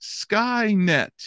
Skynet